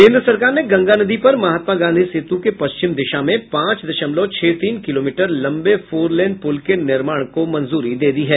केन्द्र सरकार ने गंगा नदी पर महात्मा गांधी सेतु के पश्चिम दिशा में पांच दशमलव छह तीन किलोमीटर लंबे फोरलेन पुल के निर्माण को मंजूरी दे दी है